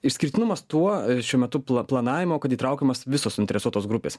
išskirtinumas tuo šiuo metu pla planavimo kad įtraukiamos visos suinteresuotos grupės